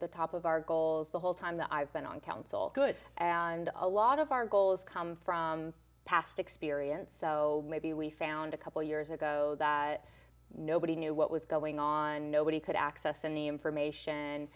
the top of our goals the whole time that i've been on council good and a lot of our goals come from past experience so maybe we found a couple years ago that nobody knew what was going on nobody could access any information